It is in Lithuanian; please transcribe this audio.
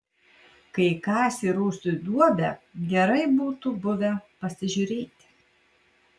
kai kasė rūsiui duobę gerai būtų buvę pasižiūrėti